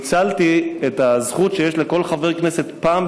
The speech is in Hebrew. ניצלתי את הזכות שיש לכל חבר כנסת פעם